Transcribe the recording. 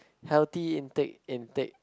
healthy intake intake